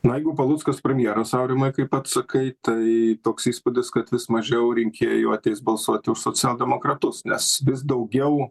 na jeigu paluckas premjeras aurimai kaip pats sakai tai toks įspūdis kad vis mažiau rinkėjų ateis balsuoti už socialdemokratus nes vis daugiau